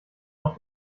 auf